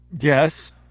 Yes